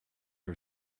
her